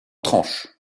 tranches